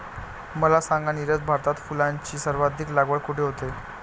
मला सांगा नीरज, भारतात फुलांची सर्वाधिक लागवड कुठे होते?